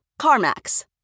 CarMax